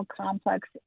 complex